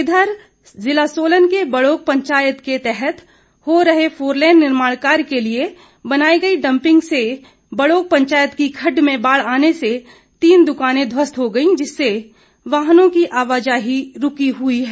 इधर इधर जिला सोलन के बड़ोग पंचायत के तहत हो रहे फोरलेन निर्माण कार्य के लिए बनाई गई डपिंग से बड़ोग पंचायत की खडड में बाढ़ आने से तीन दुकानें ध्वस्त हो गई जिससे वाहनों की आवाजाही रूकी हुई है